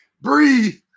Breathe